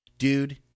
Dude